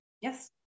Yes